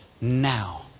now